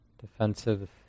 defensive